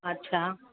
अच्छा